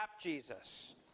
Jesus